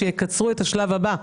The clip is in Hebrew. שיקצרו את השלב הבא,